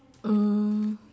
mm